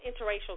interracial